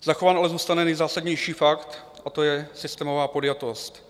Zachován ale zůstane nejzásadnější fakt, a to je systémová podjatost.